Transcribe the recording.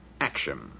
action